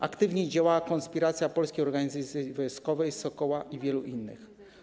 Aktywnie działała konspiracja Polskiej Organizacji Wojskowej, Sokoła i wielu innych.